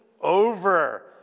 over